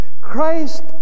Christ